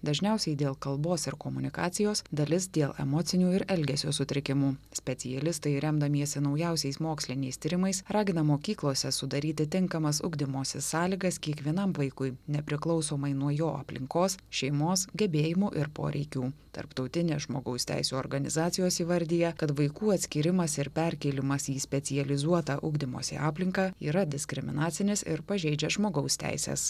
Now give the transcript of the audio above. dažniausiai dėl kalbos ir komunikacijos dalis dėl emocinių ir elgesio sutrikimų specialistai remdamiesi naujausiais moksliniais tyrimais ragina mokyklose sudaryti tinkamas ugdymosi sąlygas kiekvienam vaikui nepriklausomai nuo jo aplinkos šeimos gebėjimų ir poreikių tarptautinės žmogaus teisių organizacijos įvardija kad vaikų atskyrimas ir perkėlimas į specializuotą ugdymosi aplinką yra diskriminacinis ir pažeidžia žmogaus teises